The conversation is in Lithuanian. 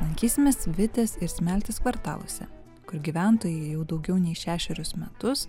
lankysimės vitės ir smeltės kvartaluose kur gyventojai jau daugiau nei šešerius metus